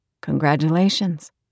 congratulations